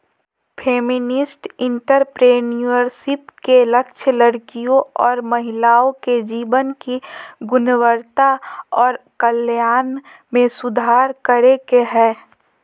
feminist entrepreneurship के लक्ष्य लड़कियों और महिलाओं के जीवन की गुणवत्ता और कल्याण में सुधार करे के हय